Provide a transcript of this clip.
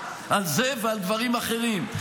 על זה ועל דברים אחרים,